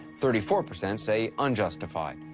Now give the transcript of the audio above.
thirty four percent say unjustified.